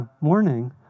morning